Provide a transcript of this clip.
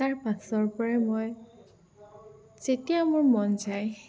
তাৰপাছৰ পৰাই মই যেতিয়া মোৰ মন যায়